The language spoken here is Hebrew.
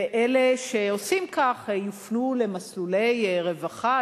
ואלה שעושים כך יופנו למסלולי רווחה,